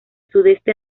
sudeste